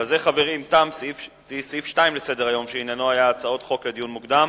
בזה תם סעיף 2 בסדר-היום שעניינו היה הצעות חוק לדיון מוקדם.